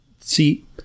See